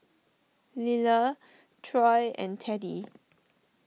Liller Troy and Teddie